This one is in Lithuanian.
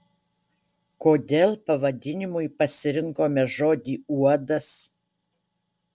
kodėl pavadinimui pasirinkome žodį uodas